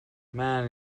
man